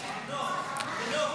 לא נתקבלה.